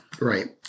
Right